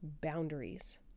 boundaries